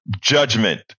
judgment